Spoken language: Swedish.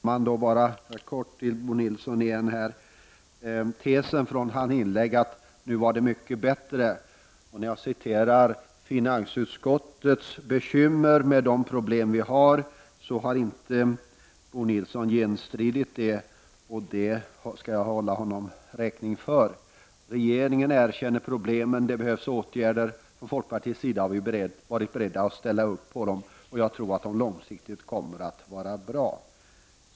Herr talman! Jag vill kortfattat åter ta upp Bo Nilssons resonemang om att det nu är mycket bättre. Bo Nilsson har inte sagt emot mig beträffande det som står i finansutskottets betänkande. Det skall jag hålla honom räkning för. Regeringen erkänner problemen, det behövs åtgärder. Från folkpartiets sida har vi varit beredda att ställa oss bakom sådana åtgärder. Jag tror att sådana långsiktigt kommer att vara bra.